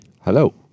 Hello